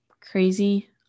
crazy